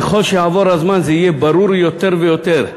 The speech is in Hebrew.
וככל שיעבור הזמן זה יהיה ברור יותר ויותר,